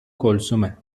کلثومه